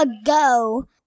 ago